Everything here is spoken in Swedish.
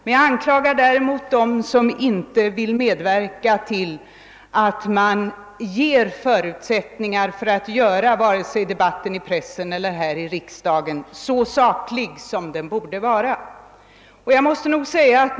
Däremot anklagar jag dem som inte vill medverka till att skapa förutsättningar för att debatten i pressen och här i riksdagen skall kunna bli så saklig som den borde vara.